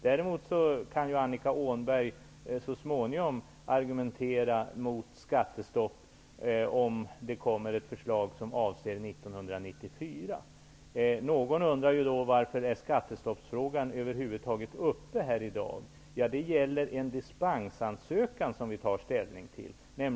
Däremot kan Annika Åhnberg så småningom argumentera mot skattestopp, om det kommer ett förslag som avser Någon undrar varför skattestoppsfrågan över huvud taget är uppe här i dag. Det är en dispensansökan som vi tar ställning till.